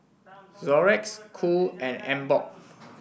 Xorex Cool and Emborg